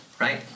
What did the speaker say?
Right